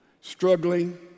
struggling